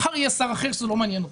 מחר יהיה שר אחר שזה לא מעניין אותו.